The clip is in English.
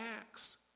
acts